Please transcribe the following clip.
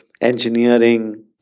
engineering